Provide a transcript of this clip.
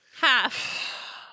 Half